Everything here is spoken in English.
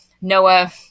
Noah